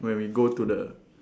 when we go to the